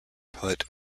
put